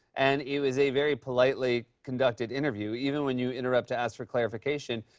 and it was a very politely conducted interview, even when you interrupt to ask for clarification.